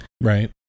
Right